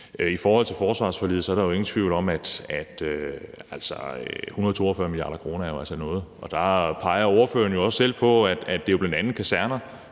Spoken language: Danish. I forhold til forsvarsforliget er der jo ingen tvivl om, at 142 mia. kr. altså er noget. Der peger ordføreren jo også selv på, at det bl.a. er kaserner